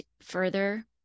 further